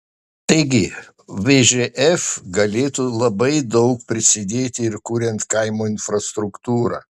taigi vžf galėtų labai daug prisidėti ir kuriant kaimo infrastruktūrą